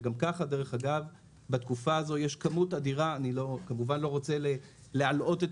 שגם כך דרך אגב בתקופה הזאת יש כמות אדירה אני כמובן לא רוצה להלאות את